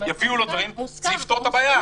זה יפתור את הבעיה.